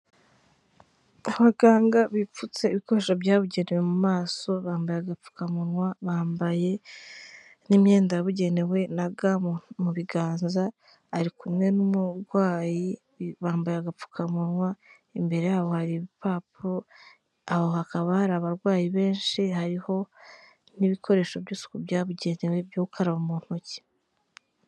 Abaganga bipfutse ibikoresho byabugenewe mu maso bambaye agapfukamunwa, bambaye n'imyenda yabugenewe na ga mu biganz,a ari kumwe n'umurwayi bambaye agapfukamunwa imbere yabo hari ibipapuro aho hakaba hari abarwayi benshi hariho n'ibikoresho by'isuku byabugenewe byo gukaraba mu ntoki.